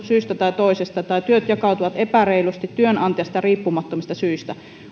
syystä tai toisesta tai työt jakautuvat epäreilusti työnantajasta riippumattomista syistä